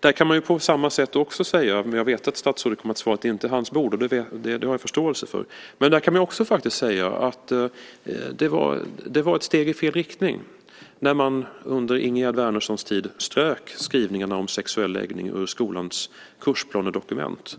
Där kan jag på samma sätt tycka - jag vet att statsrådet kommer att svara att det inte är hans bord, och det har jag förståelse för - att det var ett steg i fel riktning när man under Ingegerd Wärnerssons tid strök skrivningarna om sexuell läggning ur skolans kursplanedokument.